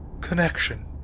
connection